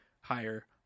higher